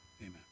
Amen